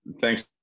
thanks